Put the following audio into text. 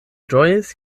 ĝojis